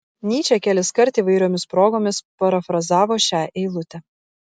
nyčė keliskart įvairiomis progomis parafrazavo šią eilutę